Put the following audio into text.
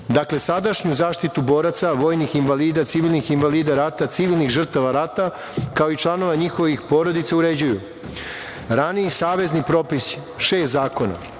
sadašnju zaštitu boraca, vojnih invalida, civilnih invalida rata, civilnih žrtava rata, kao i članova njihovih porodica uređuju: raniji savezni popisi – šest zakona,